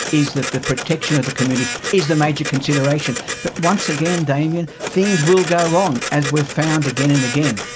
is that the protection of the community is the major consideration. but once again, damien, things will go wrong, as we've found again and again.